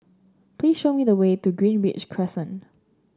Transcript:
please show me the way to Greenridge Crescent